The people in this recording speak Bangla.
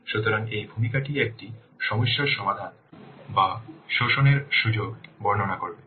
সুতরাং এই ভূমিকাটি একটি সমস্যার সমাধান বা শোষণের সুযোগ বর্ণনা করবে